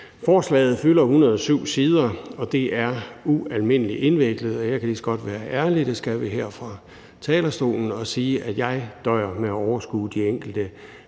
Forslaget fylder 107 sider, og det er ualmindelig indviklet. Og jeg kan lige så godt være ærlig – det skal vi være her på talerstolen – og sige, at jeg døjer med at overskue de enkelte